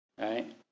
Right